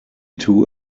two